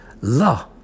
La